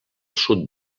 sud